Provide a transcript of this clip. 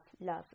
love